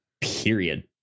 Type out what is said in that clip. period